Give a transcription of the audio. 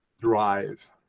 drive